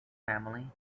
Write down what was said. family